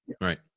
Right